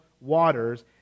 waters